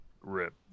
rip